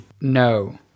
No